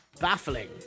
Baffling